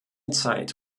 zeit